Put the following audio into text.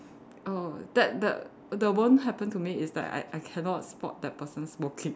oh that that the one happened to me is that I I cannot spot the person smoking